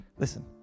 Listen